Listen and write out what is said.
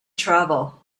travel